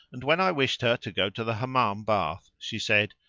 and, when i wished her to go to the hammam-bath, she said,